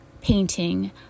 painting